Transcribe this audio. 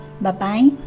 Bye-bye